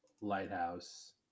lighthouse